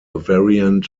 variant